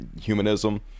humanism